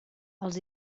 els